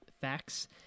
facts